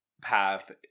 path